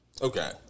Okay